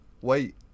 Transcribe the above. wait